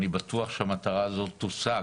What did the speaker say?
אני בטוח שהמטרה הזאת תושג.